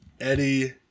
Eddie